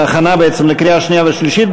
להכנה בעצם לקריאה השנייה והשלישית,